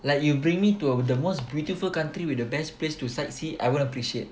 like you bring me to the most beautiful country with the best place to sightsee I would appreciate